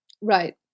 right